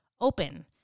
open